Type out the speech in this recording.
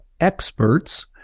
experts